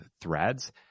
threads